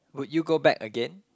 would you go back again